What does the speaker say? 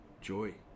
joy